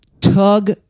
Tug